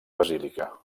basílica